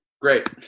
Great